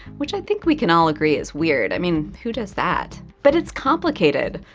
which i think we can all agree is weird, i mean who does that? but it's complicated.